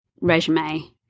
resume